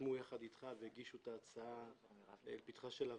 שחתמו יחד איתך והגישו את ההצעה לפתחה של הוועדה.